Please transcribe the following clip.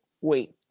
wait